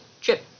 trip